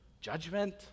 Judgment